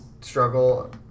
struggle